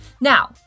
Now